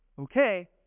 okay